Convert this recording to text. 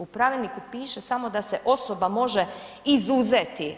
U pravilniku piše samo da se osoba može izuzeti.